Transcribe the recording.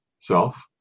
self